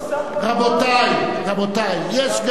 הוא לא שר, רבותי, רבותי, יש גם,